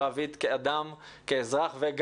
כאזרח וגם כחבר בקואליציה